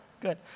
Good